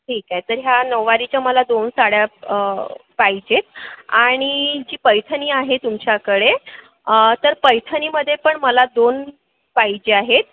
ठीक आहे तर या नऊवारीच्या मला दोन साड्या पाहिजे आहेत आणि जी पैठणी आहे तुमच्याकडे तर पैठणीमध्ये पण मला दोन पाहिजे आहेत